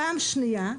פעם שנייה,